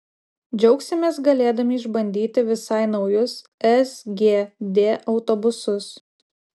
džiaugsimės galėdami išbandyti visai naujus sgd autobusus